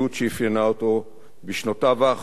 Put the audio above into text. בשנותיו האחרונות גם הקפיד להרצות בפני